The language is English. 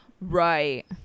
right